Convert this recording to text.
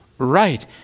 Right